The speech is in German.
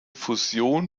fusion